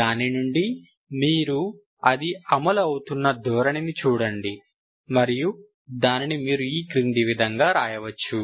దాని నుండి మీరు అది అమలు అవుతున్న ధోరణిని చూడవచ్చు మరియు దానిని మీరు ఈ క్రింది విధంగా వ్రాయవచ్చు